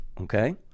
okay